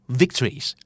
victories